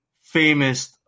famous